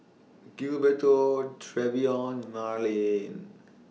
Gilberto Trevion Marylyn